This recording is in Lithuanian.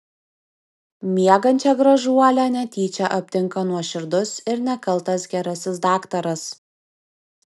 miegančią gražuolę netyčia aptinka nuoširdus ir nekaltas gerasis daktaras